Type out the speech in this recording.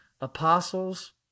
apostles